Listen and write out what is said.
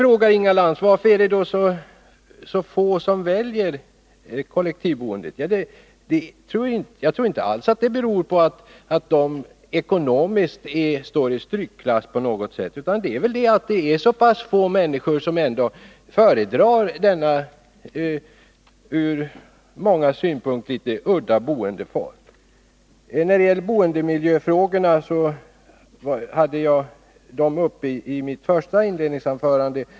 Inga Lantz frågade varför det är så få som väljer kollektivboendet. Jag tror inte alls att det beror på att de ekonomiskt står i strykklass på något sätt. Det är väl i stället så få människor som föredrar denna ändå från många synpunkter litet udda boendeform. Boendemiljöfrågorna hade jag uppe i mitt inledningsanförande.